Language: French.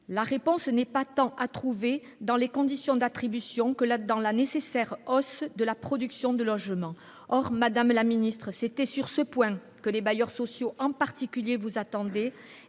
la réponse n’est pas tant à trouver dans les conditions d’attribution que dans la nécessaire hausse de la production de logements. Or, madame la ministre, c’était sur ce point que les bailleurs sociaux en particulier vous attendaient